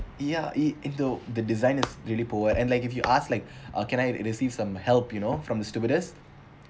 ya it into the design is really poor and like if you ask like uh can I receive some help you know from the stewardess